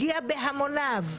הגיע בהמוניו,